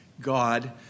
God